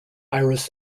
iris